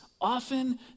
often